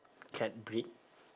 cat breed